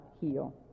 heal